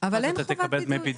אז אתה תקבל דמי בידוד.